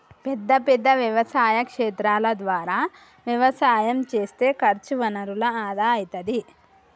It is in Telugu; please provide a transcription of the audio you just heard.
పెద్ద పెద్ద వ్యవసాయ క్షేత్రాల ద్వారా వ్యవసాయం చేస్తే ఖర్చు వనరుల ఆదా అయితది